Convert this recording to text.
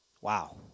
Wow